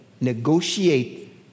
negotiate